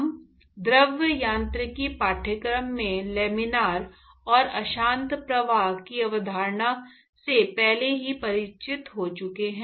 हम द्रव यांत्रिकी पाठ्यक्रम में लामिना और अशांत प्रवाह की अवधारणा से पहले ही परिचित हो चुके हैं